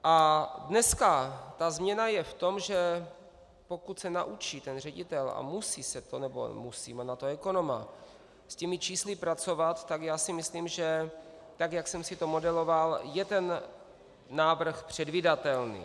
A dneska je změna v tom, že pokud se naučí ten ředitel a musí se to, nebo má na to ekonoma, s těmi čísly pracovat, tak si myslím, že tak jak jsem si to modeloval, je ten návrh předvídatelný.